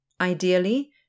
Ideally